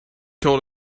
told